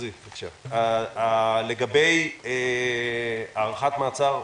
לגבי הארכת מעצר,